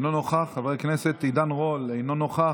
אינו נוכח, חבר הכנסת עידן רול, אינו נוכח.